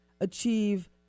achieve